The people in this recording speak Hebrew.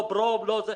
לא לברום וכו'.